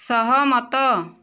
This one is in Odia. ସହମତ